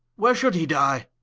where should he dye?